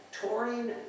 touring